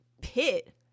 pit